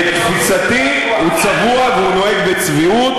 לתפיסתי הוא צבוע והוא נוהג בצביעות,